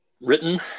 written